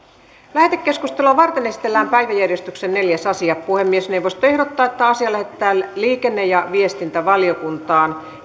lähetekeskustelua varten esitellään päiväjärjestyksen neljäs asia puhemiesneuvosto ehdottaa että asia lähetetään liikenne ja viestintävaliokuntaan